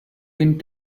wind